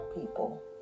people